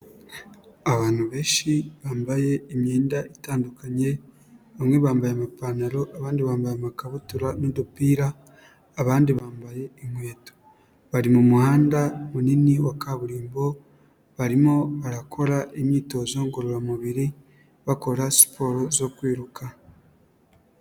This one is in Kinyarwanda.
Abantu benshi bambaye imyenda itandukanye, bamwe bambaye amapantaro, abandi bambaye amakabutura n'udupira, abandi bambaye inkweto. Bari mu muhanda munini wa kaburimbo, barimo barakora imyitozo ngororamubiri bakora siporo zo kwiruka.